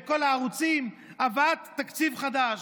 בכל הערוצים: הבאת תקציב חדש.